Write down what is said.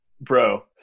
Bro